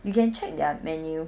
you can check their menu